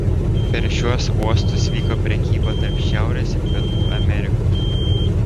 per šiuos uostus vyko prekyba tarp šiaurės ir pietų amerikos